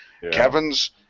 Kevin's